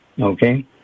okay